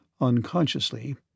Unconsciously